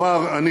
לא דוגמה.